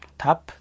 Tap